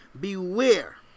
Beware